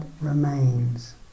remains